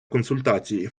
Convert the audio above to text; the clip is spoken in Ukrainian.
консультації